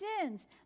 sins